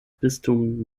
bistums